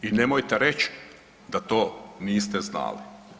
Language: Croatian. I nemojte reći da to niste znali.